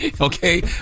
okay